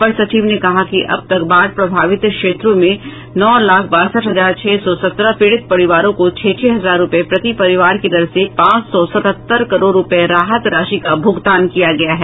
अपर सचिव ने कहा कि अब तक बाढ़ प्रभावित क्षेत्रों में नौ लाख बासठ हजार छह सौ सत्रह पीड़ित परिवारों को छह छह हजार रुपये प्रति परिवार की दर से पांच सौ सतहत्तर करोड़ रुपये राहत राशि का भुगतान किया गया है